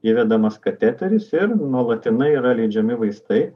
įvedamas kateteris ir nuolatinai yra leidžiami vaistai